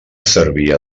servia